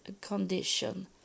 condition